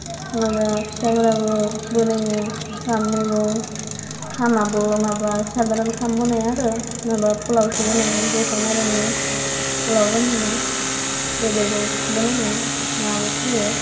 माबा फिथाफ्राबो बनायो ओंखाम मेगं ओंखामाबो माबा साधारन ओंखाम बनाया आरो माबा पुलावसो बनायो जोसा माइरंनि पुलाव बानायो बेदरबो बनायो नाबो होयो